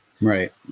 right